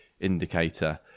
indicator